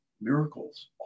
miracles